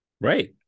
Right